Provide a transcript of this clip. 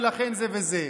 ולכן זה וזה,